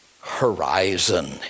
horizon